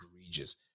egregious